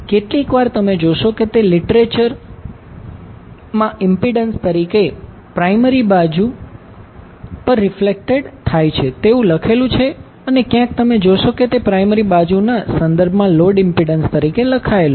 કેટલીકવાર તમે જોશો કે તે લિટરેચર મા ઇમ્પિડન્સ તરીકે પ્રાયમરી બાજુ પર રિફ્લેક્ટેડ થાય છે તેવુ લખેલુ છે અને ક્યાંક તમે જોશો કે તે પ્રાયમરી બાજુનના સંદર્ભમાં લોડ ઇમ્પિડન્સ તરીકે લખાયેલું છે